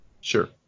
Sure